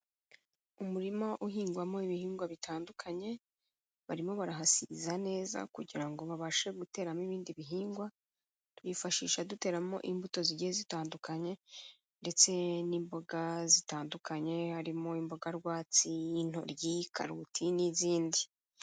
Umurima uhingwamo ibihingwa bitandukanye, barimo barahasiza neza kugira ngo babashe guteramo ibindi bihingwa, twifashisha duteramo imbuto zigiye zitandukanye ndetse n'imboga zitandukanye, harimo imboga rwatsi, intoryi, karoti n'izindi.